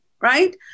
Right